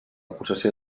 possessió